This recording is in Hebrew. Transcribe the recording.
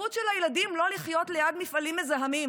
הזכות של הילדים שלא לחיות ליד מפעלים מזהמים.